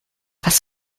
was